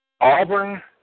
Auburn